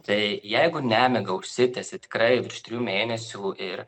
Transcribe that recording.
tai jeigu nemiga užsitęsė tikrai virš trijų mėnesių ir